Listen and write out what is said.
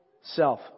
self